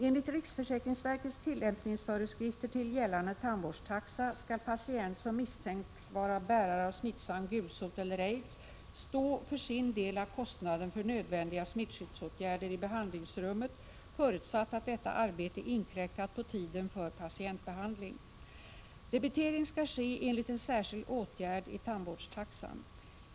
Enligt riksförsäkringsverkets tillämpningsföreskrifter till gällande tandvårdstaxa skall patient som misstänks vara bärare av smittsam gulsot eller aids stå för sin del av kostnaden för nödvändiga smittskyddsåtgärder i behandlingsrummet, förutsatt att detta arbete inkräktat på tiden för patientbehandling. Debitering skall ske för en särskild åtgärd enligt tandvårdstaxan.